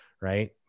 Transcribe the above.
Right